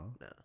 No